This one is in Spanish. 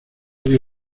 dio